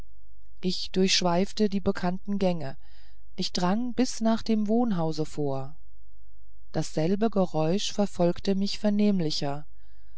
ich durchschweifte die bekannten gänge ich drang bis nach dem wohnhause vor dasselbe geräusch verfolgte mich vernehmlicher